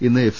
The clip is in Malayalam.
ഇന്ന് എഫ്